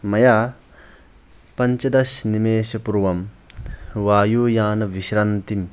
मया पञ्चादशनिमेषपूर्वं वायुयानविश्रान्तिं